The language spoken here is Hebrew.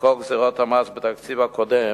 וכל גזירות המס בתקציב הקודם,